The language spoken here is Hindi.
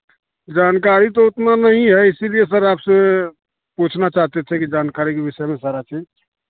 जानकारी तो उतना नहीं है इसीलिए सर आपसे पूछना चाहते थे कि जानकारी के विषय में सारा चीज़